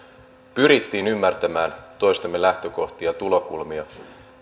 pyrittiin ymmärtämään toisemme lähtökohtia tulokulmia